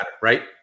right